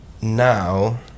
now